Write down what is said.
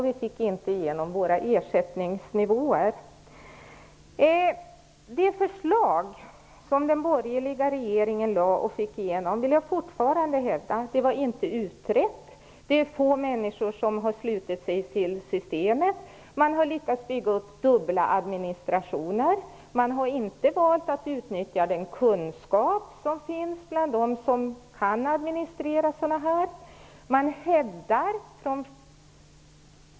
Vi fick inte igenom våra ersättningsnivåer. Det förslag som den borgerliga regeringen lade fram och fick igenom var inte utrett - det vill jag fortfarande hävda. Det är få människor som anslutit sig till systemet. Man har lyckats bygga upp stora administrationer. Man har inte valt att utnyttja den kunskap som finns bland dem som har administrerat sådana här system.